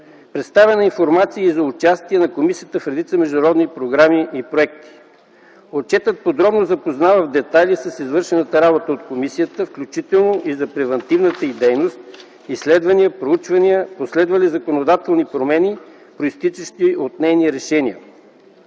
Представена е и информация за участие на комисията в редица международни програми и проекти. Отчетът подробно, в детайли запознава с извършената от комисията работа, включително и с превантивната й дейност, изследвания, проучвания, последвали законодателни промени, произтичащи от нейни решения.